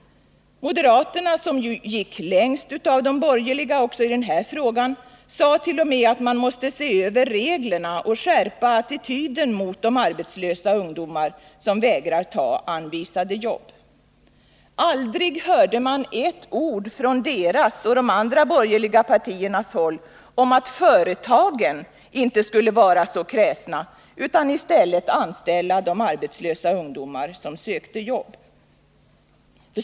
Moderaterna, som gick längst av de borgerliga också i den här frågan, sade t. 0. m. att man måste se över reglerna och skärpa attityden mot de arbetslösa ungdomar som vägrar ta anvisade jobb. Aldrig hörde man ett ord från deras och de andra borgerliga partiernas håll om att företagen inte skulle vara så kräsna utan i stället anställa de arbetslösa ungdomar som sökte jobb.